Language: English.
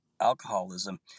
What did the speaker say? alcoholism